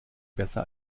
besser